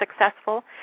successful